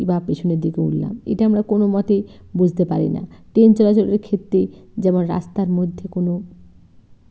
কি বা পেছনের দিকে উঠলাম এটা আমরা কোনো মতেই বুঝতে পারি না ট্রেন চলাচলের ক্ষেত্রে যেমন রাস্তার মধ্যে কোনো